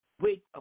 wait